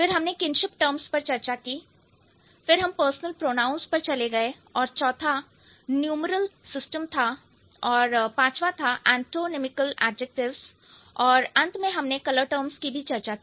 फिर हमने kinship terms पर चर्चा की फिर हम पर्सनल प्रोनाउंस पर चले गए और चौथा न्यूमेरल सिस्टम था और पांचवा था एंटोनीमिकल एडजेक्टिव्स और अंत में हमने कलर टर्म्स की चर्चा की